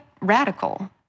radical